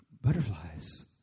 butterflies